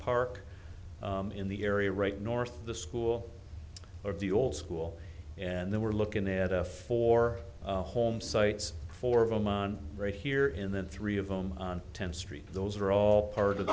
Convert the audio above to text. park in the area right north of the school of the old school and then we're looking at a four homesites four of them on right here in the three of them on tenth street those are all part of the